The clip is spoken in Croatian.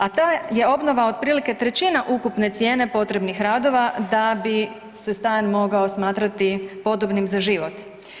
A ta je obnova otprilike trećina ukupne cijene potrebnih radova da bi se stan mogao smatrati podobnim za život.